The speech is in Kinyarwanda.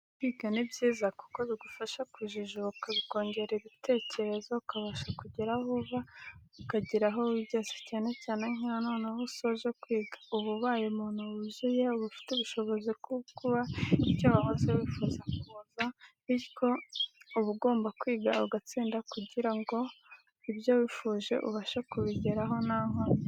Kwiga ni byiza kuko bigufasha kujijuka bikongera ibitekerezo ukabasha kugira aho uva ukagiraho wigeza cyane cyane nkiyo noneho usoje kwiga uba ubaye Umuntu wuzuye. Uba ufite ubushozi bwo kuba icyo wahoze wifuza kuza cyo bityo uba ugomba kwiga ugatsinda kugira ngo ibyo wifuje ubashe kubigeraho ntankomyi.